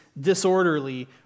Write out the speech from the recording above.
disorderly